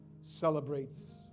celebrates